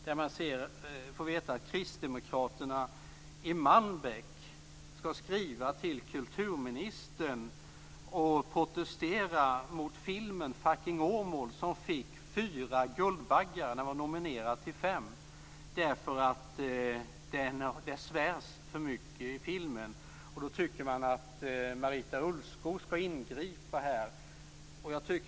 Där kan man få veta att kristdemokraterna i Malmbäck skall skriva till kulturministern och protestera mot filmen Fucking Åmål som fick fyra Guldbaggar - den var nominerad till fem - därför att det svärs för mycket i filmen. De vill att Marita Ulvskog skall ingripa.